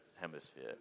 hemisphere